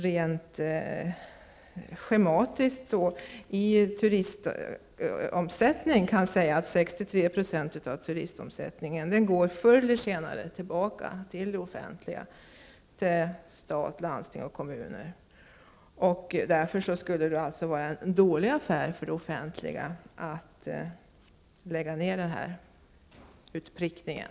Rent schematiskt kan man säga att 63 % av turistomsättningen förr eller senare går tillbaka till det offentliga, till stat, landsting och kommuner. Därför skulle det vara en dålig affär för det offentliga att lägga ner utprickningen.